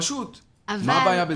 פשוט, מה הבעיה בזה?